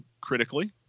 critically